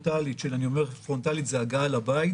פרונטלית פרונטלית זה הגעה לבית